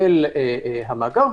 למאגר,